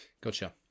Gotcha